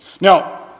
Now